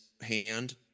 hand